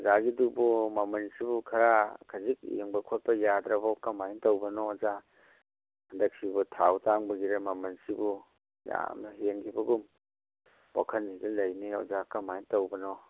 ꯑꯣꯖꯥꯒꯤꯗꯨꯕꯨ ꯃꯃꯟꯁꯤꯕꯨ ꯈꯔ ꯈꯖꯤꯛ ꯌꯦꯡꯕ ꯈꯣꯠꯄ ꯌꯥꯗ꯭ꯔꯕꯣ ꯀꯃꯥꯏ ꯇꯧꯕꯅꯣ ꯑꯣꯖꯥ ꯍꯟꯗꯛꯁꯤꯕꯨ ꯊꯥꯎ ꯇꯥꯡꯕꯒꯤꯔꯥ ꯃꯃꯟꯁꯤꯕꯨ ꯌꯥꯝꯅ ꯍꯦꯟꯒꯤꯕꯒꯨꯝ ꯋꯥꯈꯟꯁꯤꯗ ꯂꯩꯅꯦ ꯑꯣꯖꯥ ꯀꯔꯃꯥꯏ ꯇꯧꯕꯅꯣ